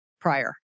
prior